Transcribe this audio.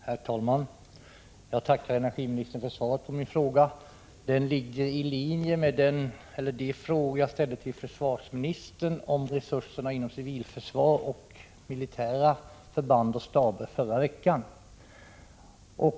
Herr talman! Jag tackar energiministern för svaret på min fråga. Frågan ligger i linje med de frågor som jag ställde till försvarsministern om resurserna inom civilförsvaret och inom militära förband och staber förra veckan.